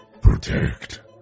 Protect